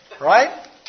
right